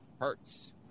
Hurts